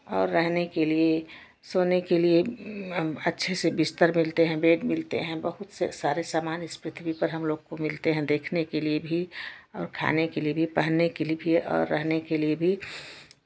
और रहने के लिए सोने के लिए अब अच्छे से बिस्तर मिलते हैं बेड मिलते हैं बहुत से सारे सामान इस पृथ्वी पर हमलोग को मिलते हैं देखने के लिए भी और खाने के लिए भी पहनने के लिए भी और रहने के लिए भी